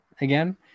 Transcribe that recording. again